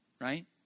right